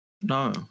No